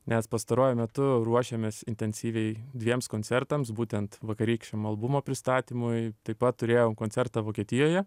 nes pastaruoju metu ruošiamės intensyviai dviems koncertams būtent vakarykščiam albumo pristatymui taip pat turėjom koncertą vokietijoje